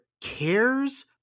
cares